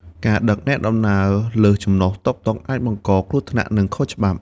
ការដឹកអ្នកដំណើរលើសចំណុះតុកតុក អាចបង្កគ្រោះថ្នាក់ និងខុសច្បាប់។